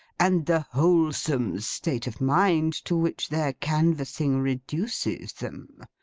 and the wholesome state of mind to which their canvassing reduces them?